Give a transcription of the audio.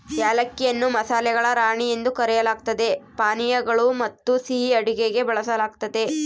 ಏಲಕ್ಕಿಯನ್ನು ಮಸಾಲೆಗಳ ರಾಣಿ ಎಂದು ಕರೆಯಲಾಗ್ತತೆ ಪಾನೀಯಗಳು ಮತ್ತುಸಿಹಿ ಅಡುಗೆಗೆ ಬಳಸಲಾಗ್ತತೆ